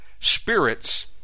Spirits